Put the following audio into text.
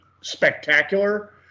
spectacular